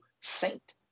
saint